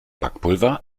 backpulver